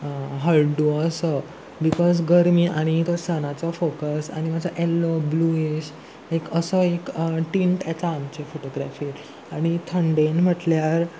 हळडूवो सो बिकॉज गर्मी आनी तो सनाचो फोकस आनी मातसो येल्लो ब्लूश एक असो एक टिंट येता आमचे फोटोग्राफीर आनी थंडेन म्हटल्यार